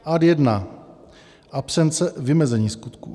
Ad 1 absence vymezení skutku.